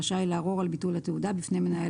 רשאי לערור על ביטול התעודה בפני מנהל